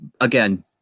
again